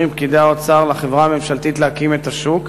האוצר מאפשר לחברה הממשלתית להקים את השוק?